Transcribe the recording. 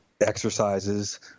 exercises